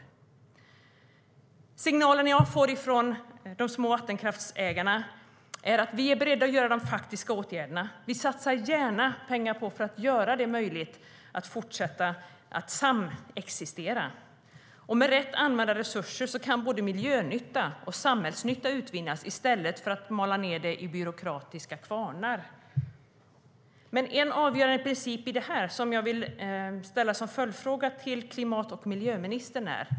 De signaler jag får från de små vattenkraftsägarna är att de är beredda att vidta de faktiska åtgärderna. Vi satsar gärna pengar för att göra det möjligt att fortsätta att samexistera, säger de. Med rätt använda resurser kan både miljönytta och samhällsnytta utvinnas i stället för att man mal ned det i byråkratiska kvarnar. Det finns en avgörande princip som jag vill ställa en följdfråga till klimat och miljöministern om.